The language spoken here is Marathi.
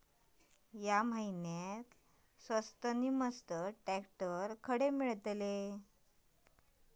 या महिन्याक स्वस्त नी मस्त ट्रॅक्टर खडे मिळतीत?